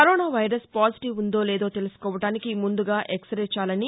corona virus positive ఉందో లేదో తెలుసుకోవడానికి ముందుగా ఎక్స్ రే చాలని